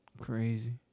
Crazy